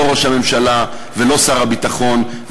לא ראש הממשלה ולא שר הביטחון.